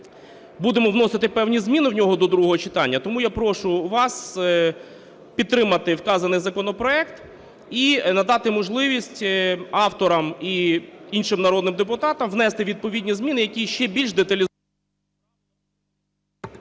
будемо вносити певні зміни в нього до другого читання. Тому я прошу вас підтримати вказаний законопроект і надати можливість авторам і іншим народним депутатам внести відповідні зміни, які ще більш… Веде засідання